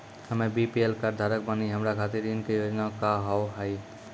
हम्मे BPL card धारक बानि हमारा खातिर ऋण के योजना का होव हेय?